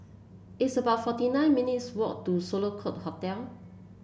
it's about forty nine minutes' walk to Sloane Court Hotel